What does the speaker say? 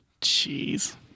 jeez